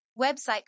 website